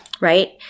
right